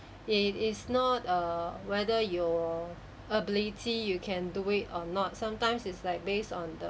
it is not err whether your ability you can do it or not sometimes is like based on the